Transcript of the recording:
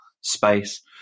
space